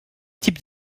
type